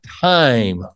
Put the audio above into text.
time